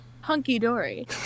hunky-dory